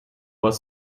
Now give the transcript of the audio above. was